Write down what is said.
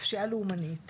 פשיעה לאומנית